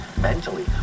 mentally